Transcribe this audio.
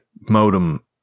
modem